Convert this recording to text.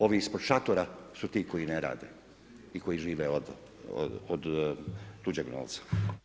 Ovi ispod šatora su ti koji ne rade i koji žive od tuđeg novca.